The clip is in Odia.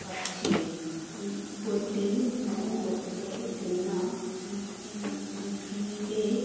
ଅଛି ବୋଲି ମୁଁ ଗୋଟେ ଦିନ ଟିଭିିରେ